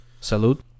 salute